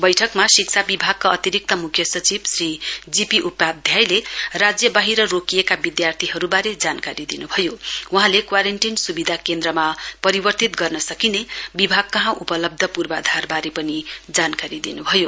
बैठकमा शिक्षा विभागका अतिरिक्त मुख्य सचिव श्री जीपी उपाध्यायले राज्य बाहिर रोकिएका विद्यार्थीहरूबारे जानकारी दिनुभयो वहाँले क्वारेन्टीन सुविधा केन्द्रमा परिवर्तित गर्न सकिने विभाग वहाँ उपलब्ध पूर्वाधारबारे पनि जानकारी दिनुभयो